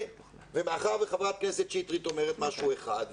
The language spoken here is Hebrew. ומאחר וחברת הכנסת שטרית אומרת משהו אחד,